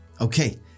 Okay